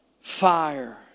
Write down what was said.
fire